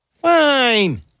Fine